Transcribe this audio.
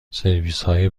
سرویسهای